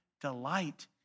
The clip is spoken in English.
delight